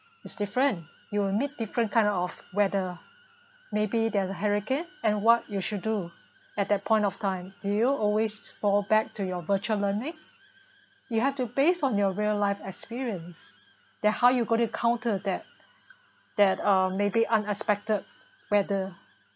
is different you will meet different kind of weather maybe there's a hurricane and what you should do at that point of time do you always fall back to your virtual learning you have to based on your real life experience that how you gotta encounter that that uh maybe unexpected weather